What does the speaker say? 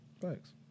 Thanks